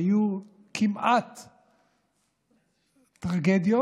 היו כמעט טרגדיות.